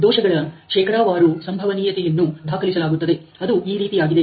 ದೋಷಗಳ ಶೇಕಡಾವಾರು ಸಂಭವನೀಯತೆಯನ್ನು ದಾಖಲಿಸಲಾಗುತ್ತದೆ ಅದು ಈ ರೀತಿಯಾಗಿದೆ